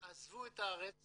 עזבו את הארץ